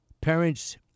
Parents